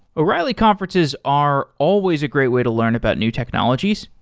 o'reilly conferences are always a great way to learn about new technologies.